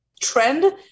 trend